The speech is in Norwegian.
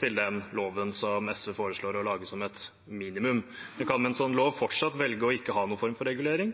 til den loven som SV foreslår å lage som et minimum. De kan med en sånn lov fortsatt velge ikke å ha noen form for regulering,